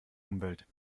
umwelt